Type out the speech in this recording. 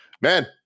man